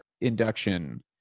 induction